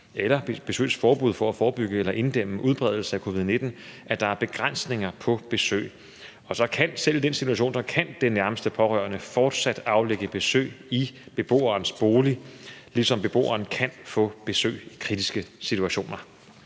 eller besøgsforbud for at forebygge eller inddæmme udbredelsen af covid-19, at der er begrænsninger på besøg. Og selv i den situation kan den nærmeste pårørende fortsat aflægge besøg i beboerens bolig, ligesom beboeren kan få besøg i kritiske situationer.